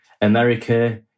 America